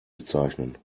bezeichnen